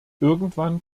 irgendwann